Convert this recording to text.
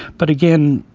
but again,